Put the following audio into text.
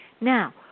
Now